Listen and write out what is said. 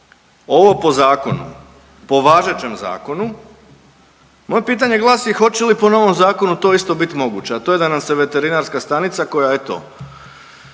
ovo po zakonu po važećem zakonu, moje pitanje glasi hoće li po novom zakonu to isto biti moguće, a to je da nam se veterinarska stanica koja eto